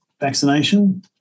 vaccination